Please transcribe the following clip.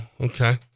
Okay